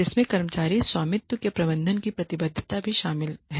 जिसमें कर्मचारी स्वामित्व के प्रबंधन की प्रतिबद्धता भी शामिल है